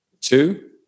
two